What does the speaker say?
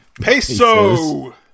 Peso